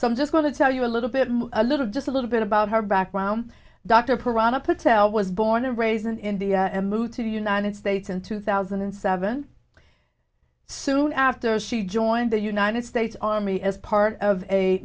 so i'm just going to tell you a little bit more a little just a little bit about her background dr purana patel was born and raised in india and moved to the united states in two thousand and seven soon after she joined the united states army as part of a